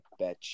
bitch